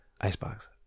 Icebox